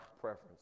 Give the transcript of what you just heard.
preference